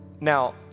Now